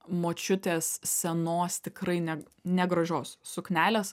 močiutės senos tikrai ne negražios suknelės